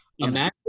Imagine